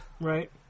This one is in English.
Right